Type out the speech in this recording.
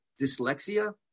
dyslexia